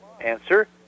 Answer